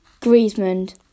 Griezmann